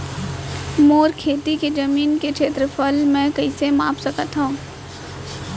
मोर खेती के जमीन के क्षेत्रफल मैं कइसे माप सकत हो?